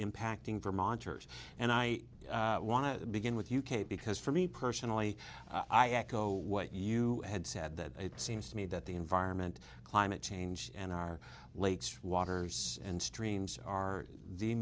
impacting vermonters and i want to begin with you kate because for me personally i echo what you had said that it seems to me that the environment climate change and our lakes waters and streams are the